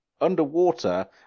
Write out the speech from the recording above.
Underwater